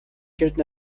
gelten